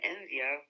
India